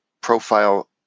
profile